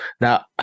Now